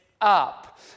up